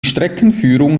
streckenführung